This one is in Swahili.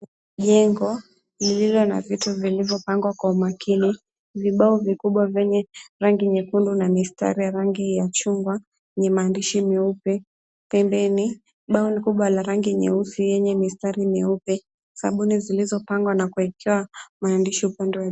Jengo lililo na vitu vilivyopangwa kwa umakini, vibao vikubwa vyenye rangi nyekundu na mistari ya rangi ya chungwa yenye maandishi meupe. Pembeni bao kubwa la rangi nyeusi yenye mistari nyeupe. Sabuni zilizopangwa na kuwekewa maandishi upande wa.